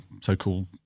so-called